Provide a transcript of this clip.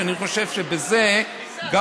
שאני חושב שבזה גם